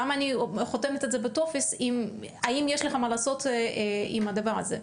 למה אני חותמת על זה בטופס והאם יש לך מה לעשות עם הדבר הזה?